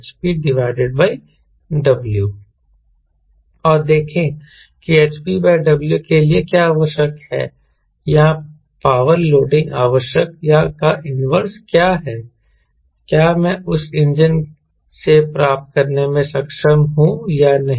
TW550 hρW और देखें कि hp W के लिए क्या आवश्यक है या पावर लोडिंग आवश्यक का इन्वर्स क्या है क्या मैं उस इंजन से प्राप्त करने में सक्षम हूं या नहीं